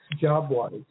Job-wise